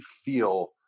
feel